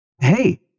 Hey